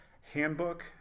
handbook